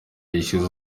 gishize